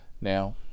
Now